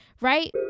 right